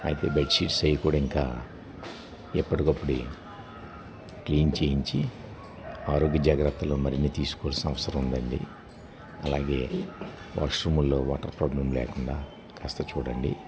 అయితే bed sheets అవి కూడా ఇంకా ఎప్పటికప్పటివి క్లీన్ చెయ్యించి ఆరోగ్య జాగ్రత్తలు మరిన్ని తీసుకోవాల్సిన అవసరం ఉందండి అలాగే వాష్రూముల్లో వాటర్ ప్రాబ్లం లేకుండా కాస్త చూడండి